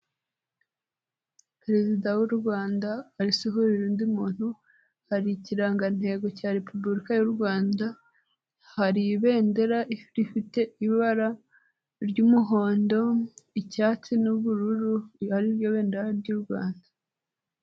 Perezida w'u Rwanda asuhuje undi muntu, hari ikirangantego cya repubulika y'u Rwanda, hari ibendera rifite ibara ry'umuhondo, icyatsi n'ubururu, ari ryo bendera ry'u Rwanda.